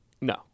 No